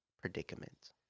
predicament